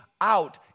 out